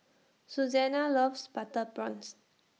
Susana loves Butter Prawns